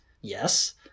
Yes